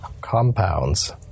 compounds